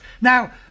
Now